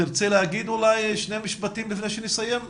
תרצה לומר שני משפטים לפני נסיים?